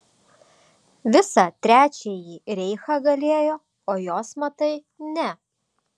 visą trečiąjį reichą galėjo o jos matai ne